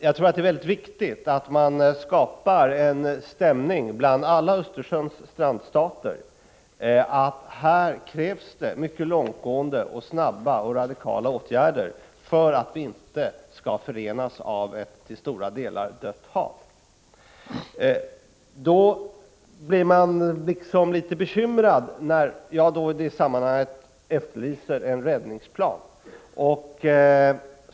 Jag tror att det är mycket viktigt att man skapar en stämning bland alla Östersjöns strandstater att det krävs mycket långtgående, snara och radikala åtgärder för att staterna inte skall komma att förenas av ett till stora delar dött hav. Jag har efterlyst en räddningsplan i detta sammanhang.